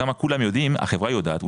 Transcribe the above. שמה כולם יודעים החברה יודעת,